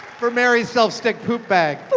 for mary's self-stick poop bag. but